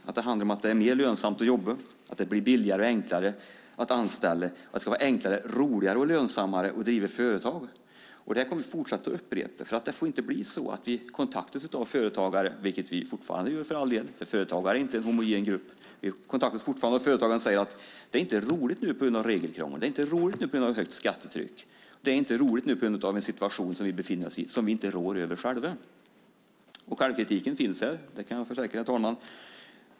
Det handlar då om att det ska vara mer lönsamt att jobba, att det blir billigare och enklare att anställa och att det ska vara enklare, roligare och mer lönsamt att driva företag. Detta kommer vi att fortsätta att upprepa. Det får inte bli så att vi kontaktas av företagare - vilket vi för all del fortfarande blir; företagare är inte en homogen grupp - som säger: Det är inte roligt nu på grund av regelkrångel, högt skattetryck och den situation som vi nu befinner oss i och som vi inte själva rår över. Självkritiken finns här. Det kan jag, herr talman, försäkra.